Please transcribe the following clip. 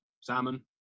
salmon